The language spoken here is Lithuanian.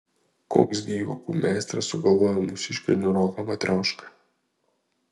koks gi juokų meistras sugalvojo mūsiškę niūroką matriošką